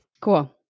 cool